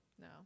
No